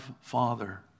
father